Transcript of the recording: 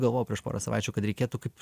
galvojau prieš porą savaičių kad reikėtų kaip